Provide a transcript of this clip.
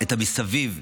את המסביב,